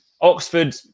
Oxford